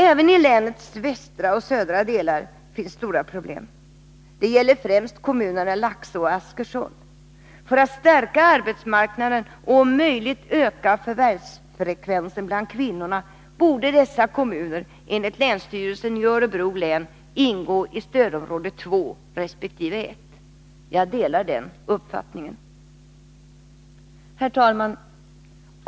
Även i länets västra och södra delar finns stora problem. Det gäller främst kommunerna Laxå och Askersund. För att stärka arbetsmarknaden och om möjligt öka förvärvsfrekvensen bland kvinnorna borde dessa kommuner enligt länsstyrelsen i Örebro län ingå i stödområde 2 resp. 1. Jag delar den uppfattningen. Herr talman!